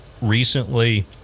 recently